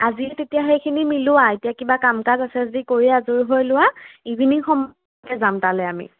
আজিয়ে তেতিয়া সেইখিনি মিলোৱা এতিয়া কিবা কাম কাজ আছে যি কৰি আজৰি হৈ লোৱা ইভিনিং সময়ে যাম তালে আমি